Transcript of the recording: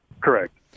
Correct